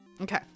Okay